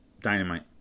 dynamite